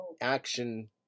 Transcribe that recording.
action